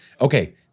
Okay